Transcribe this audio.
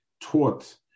taught